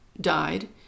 died